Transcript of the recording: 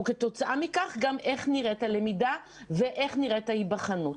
וכתוצאה מכך לקבוע איך נראית הלמידה ואיך נראית ההיבחנות.